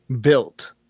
built